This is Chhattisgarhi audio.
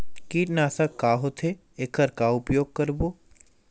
कीटनाशक का होथे एखर का उपयोग करबो?